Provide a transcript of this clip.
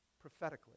prophetically